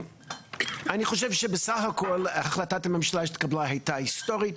אני חושב שבסך הכול החלטת הממשלה שהתקבלה הייתה היסטורית.